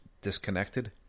disconnected